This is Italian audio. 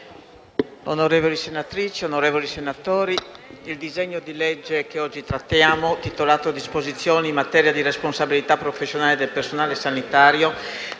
onorevoli senatrici e senatori, il disegno di legge, intitolato «Disposizioni in materia di responsabilità professionale del personale sanitario»,